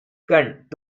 கண்ட